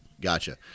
Gotcha